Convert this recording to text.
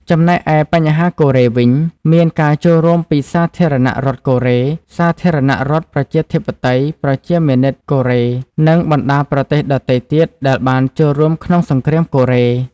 ចំណែកឯបញ្ហាកូរ៉េវិញ មានការចូលរួមពី សាធារណរដ្ឋកូរ៉េ សាធារណរដ្ឋប្រជាធិបតេយ្យប្រជាមានិតកូរ៉េ និងបណ្តាប្រទេសដទៃទៀតដែលបានចូលរួមក្នុងសង្គ្រាមកូរ៉េ។